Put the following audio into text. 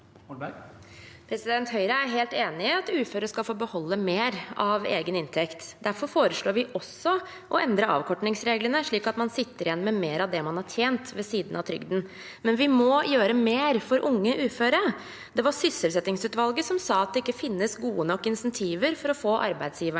Høyre er helt enig i at uføre skal få beholde mer av egen inntekt. Derfor fore slår vi også å endre avkortingsreglene, slik at man sitter igjen med mer av det man har tjent ved siden av trygden. Samtidig må vi gjøre mer for unge uføre. Det var sysselsettingsutvalget som sa at det ikke finnes gode nok insentiver for å få arbeidsgiverne